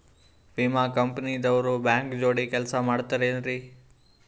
ವಿಮಾ ಕಂಪನಿ ದವ್ರು ಬ್ಯಾಂಕ ಜೋಡಿ ಕೆಲ್ಸ ಮಾಡತಾರೆನ್ರಿ?